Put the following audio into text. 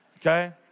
Okay